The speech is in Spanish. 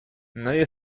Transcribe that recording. nadie